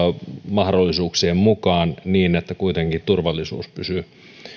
mahdollisuuksien mukaan niin että kuitenkin turvallisuus pysyy